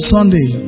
Sunday